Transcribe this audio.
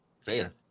Fair